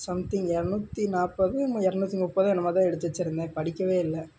something இரநூத்தி நாற்பது இரநூத்தி முப்பதோ என்னமோ தான் எடுத்து வெச்சுருந்தேன் படிக்கவே இல்லை